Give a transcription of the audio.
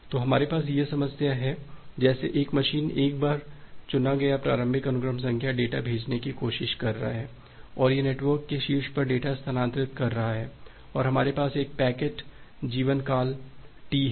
तो हमारे पास यह समस्या है जैसे एक मशीन एक बार चुना गया प्रारंभिक अनुक्रम संख्या डेटा भेजने की कोशिश कर रहा है और यह नेटवर्क के शीर्ष पर डेटा स्थानांतरित कर रहा है और हमारे पास एक पैकेट जीवनकाल टी है